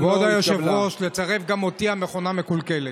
כבוד היושב-ראש, תצרף גם אותי, המכונה מקולקלת.